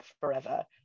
forever